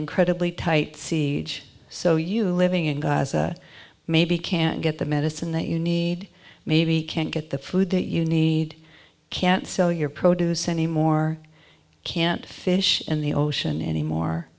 incredibly tight see so so you living in gaza maybe can't get the medicine that you need maybe can't get the food that you need can't sell your produce anymore can't fish in the ocean anymore